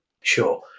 Sure